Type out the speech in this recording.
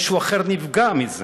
מישהו אחר נפגע מזה,